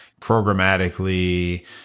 programmatically